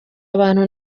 abantu